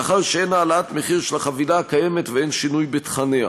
מאחר שאין העלאת מחיר של החבילה הקיימת ואין שינוי בתכניה.